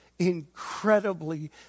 incredibly